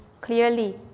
clearly